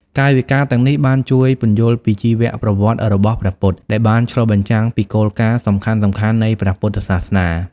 កាយវិការទាំងនេះបានជួយពន្យល់ពីជីវប្រវត្តិរបស់ព្រះពុទ្ធ និងបានឆ្លុះបញ្ចាំងពីគោលការណ៍សំខាន់ៗនៃព្រះពុទ្ធសាសនា។